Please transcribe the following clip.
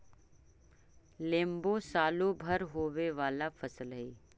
लेम्बो सालो भर होवे वाला फसल हइ